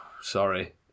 Sorry